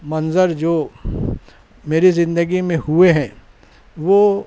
منظر جو میری زندگی میں ہوئے ہیں وہ